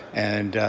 and